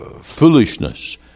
foolishness